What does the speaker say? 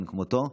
מאין כמותו.